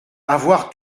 avoir